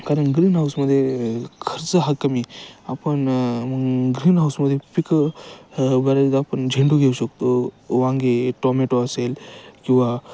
कारण ग्रीन हाऊसमध्ये खर्च हा कमी आपण मग ग्रीन हाऊसमध्ये पिकं बऱ्याचदा आपण झेंडू घेऊ शकतो वांगे टोमॅटो असेल किंवा